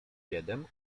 siedem